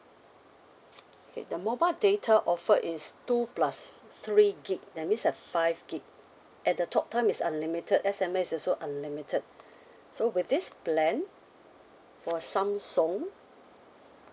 okay the mobile data offered is two plus three gig that means have five gig and the talk time is unlimited S_M_S is also unlimited so with this plan for samsung